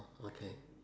okay